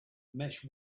mesh